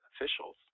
officials